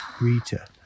Rita